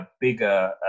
bigger